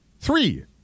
Three